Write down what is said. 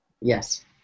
Yes